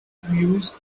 views